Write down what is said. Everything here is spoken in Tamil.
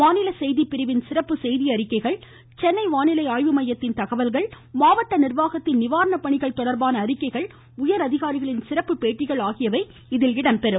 மாநில செய்திப்பிரிவின் சிறப்பு செய்தியறிக்கைகள் சென்னை வானிலை ஆய்வுமையத்தின் தகவல்கள் மாவட்ட நிர்வாகத்தின் நிவாரண பணிகள் தொடர்பான அறிக்கைகள் உயர் அதிகாரிகளின் சிறப்பு பேட்டிகள் ஆகியவை இதில் இடம்பெறும்